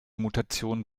mutation